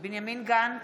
בנימין גנץ,